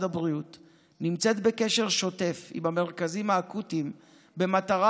הבריאות נמצאת בקשר שוטף עם המרכזים האקוטיים במטרה